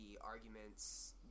arguments